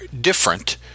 different